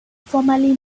formerly